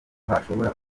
hashobora